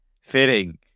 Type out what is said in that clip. fitting